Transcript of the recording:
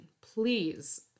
Please